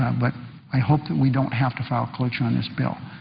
um but i hope that we don't have to file cloture on this bill.